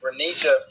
Renisha